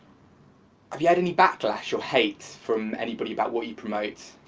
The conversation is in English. have you had any backlash or hates from anybody about what you promote,